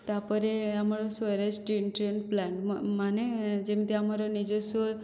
ତାପରେ ଆମର sewerage treatment plant ମାନେ ଯେମିତି ଆମର ନିଜସ୍ଵ